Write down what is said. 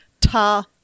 ta